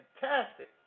fantastic